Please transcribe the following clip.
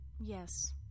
Yes